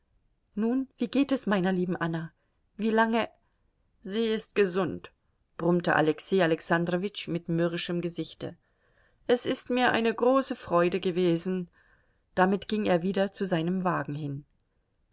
nun wie geht es meiner lieben anna wie lange sie ist gesund brummte alexei alexandrowitsch mit mürrischem gesichte es ist mir eine große freude gewesen damit ging er wieder zu seinem wagen hin